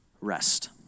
rest